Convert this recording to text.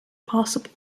possible